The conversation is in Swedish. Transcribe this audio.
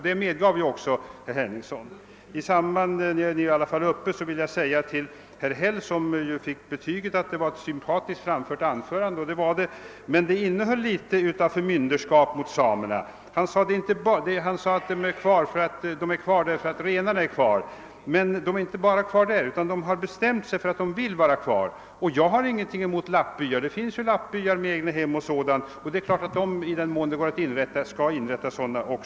Detta medgav också herr Henningsson. Eftersom jag nu har ordet vill jag passa på att också nämna en annan sak. Herr Häll fick ju här betyget att hans anförande var sympatiskt framfört — vilket det också var — men det innehöll ändå litet av förmynderskap för samerna. Herr Häll sade att samerna är kvar därför att renarna är kvar. Men de är inte kvar bara därför. De har bestämt sig för att de vill vara kvar. Jag har ingenting emot lappbyar. Det finns ju sådana byar med egnahem osv., och i den mån behov därav finns i området skall det naturligtvis också byggas nya sådana.